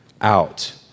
out